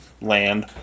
land